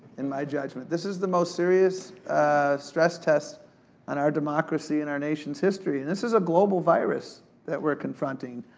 in my judgment. this is the most serious stress test on our democracy in our nation's history. and this is a global virus that we're confronting.